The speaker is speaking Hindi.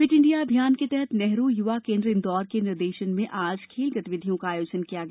फिट इंडिया अभियान के तहत नेहरु युवा केंद्र इंदौर के निर्देशन में आज खेल गतिविधियों का आयोजन किया गया